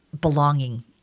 belonging